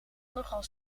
nogal